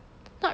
not really